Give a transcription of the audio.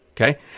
okay